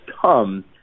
come